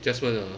jasmond ah